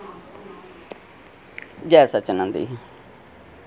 जै सच्चा नंद जी